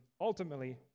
ultimately